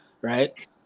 right